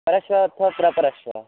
परश्वः अथवा प्रपरश्वः